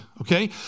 okay